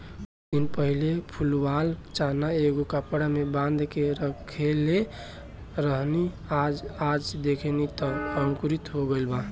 कुछ दिन पहिले फुलावल चना एगो कपड़ा में बांध के रखले रहनी आ आज देखनी त अंकुरित हो गइल बा